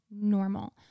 normal